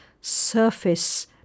surface